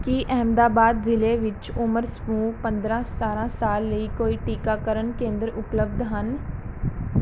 ਕੀ ਅਹਿਮਦਾਬਾਦ ਜ਼ਿਲ੍ਹੇ ਵਿੱਚ ਉਮਰ ਸਮੂਹ ਪੰਦਰ੍ਹਾਂ ਸਤਾਰ੍ਹਾਂ ਸਾਲ ਲਈ ਕੋਈ ਟੀਕਾਕਰਨ ਕੇਂਦਰ ਉਪਲਬਧ ਹਨ